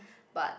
but